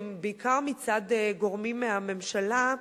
בעיקר מצד גורמים מהממשלה,